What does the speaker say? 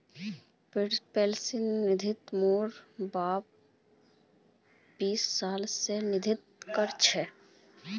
pension निधित मोर बाप बीस साल स निवेश कर छ